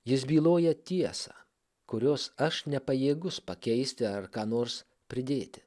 jis byloja tiesą kurios aš nepajėgus pakeisti ar ką nors pridėti